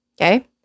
Okay